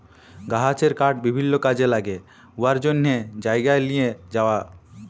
গাহাচের কাঠ বিভিল্ল্য কাজে ল্যাগে উয়ার জ্যনহে জায়গায় লিঁয়ে যাউয়া